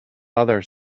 other